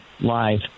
Live